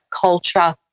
culture